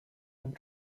and